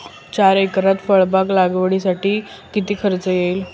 चार एकरात फळबाग लागवडीसाठी किती खर्च येईल?